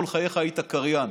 כל חייך היית קריין.